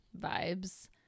vibes